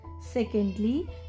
Secondly